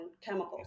chemicals